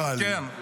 כחול לבן נראה לי.